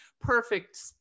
Perfect